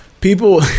People